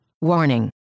Warning